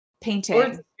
painting